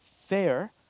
fair